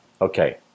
Okay